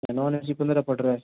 अच्छा non A C पंद्रह पड़ रहा है